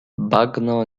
bagno